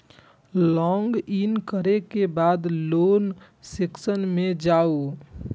log in करै के बाद लोन सेक्शन मे जाउ